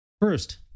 first